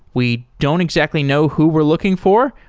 we don't exactly know who we're looking for.